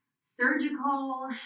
surgical